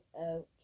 okay